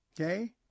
okay